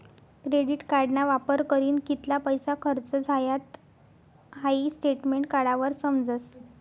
credit कार्डना वापर करीन कित्ला पैसा खर्च झायात हाई स्टेटमेंट काढावर समजस